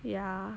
ya